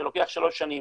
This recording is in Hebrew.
זה לוקח שלוש שנים.